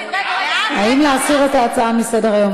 האם להסיר את ההצעה מסדר-היום,